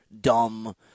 dumb